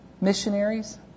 missionaries